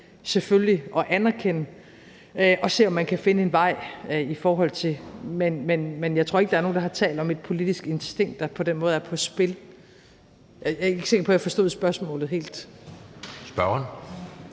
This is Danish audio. selvfølgelig nødt til at anerkende og se om man kan finde en vej i forhold til. Men jeg tror ikke, der er nogen, der har talt om et politisk instinkt, der på den måde er på spil. Jeg er ikke sikker på, jeg forstod spørgsmålet helt. Kl.